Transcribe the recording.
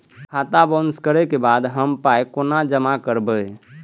खाता बाउंस करै के बाद हम पाय कोना जमा करबै?